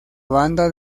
banda